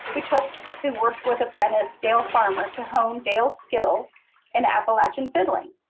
who took who worked with apprentice dale farmer to hone dale's skills in appalachian fiddling.